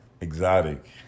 exotic